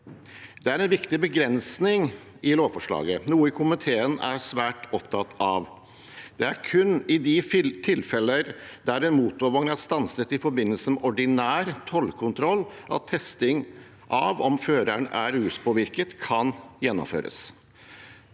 Det er en viktig begrensning i lovforslaget, noe komiteen er svært opptatt av. Det er kun i de tilfeller der en motorvogn er stanset i forbindelse med ordinær tollkontroll, at testing av om føreren er ruspåvirket, kan gjennomføres.